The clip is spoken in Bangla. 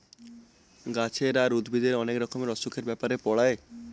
গাছের আর উদ্ভিদের অনেক রকমের অসুখের ব্যাপারে পড়ায়